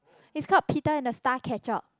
it's called Peter and the Starcatcher